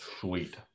Sweet